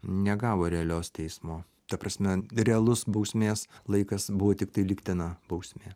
negavo realios teismo ta prasme realus bausmės laikas buvo tiktai lygtina bausmė